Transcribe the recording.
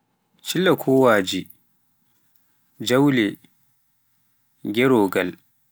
cillakowaji, jawle, e gerogal,